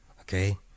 Okay